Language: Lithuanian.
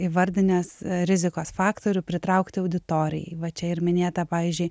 įvardinęs rizikos faktorių pritraukti auditorijai va čia ir minėta pavyzdžiui